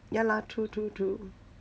ya lah true true true